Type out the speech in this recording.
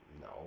no